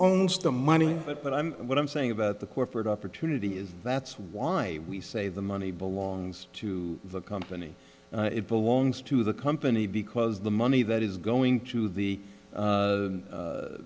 owns the mining but i'm what i'm saying about the corporate opportunity is that's why we say the money belongs to the company it belongs to the company because the money that is going to the